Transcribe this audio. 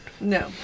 no